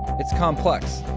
it's complex,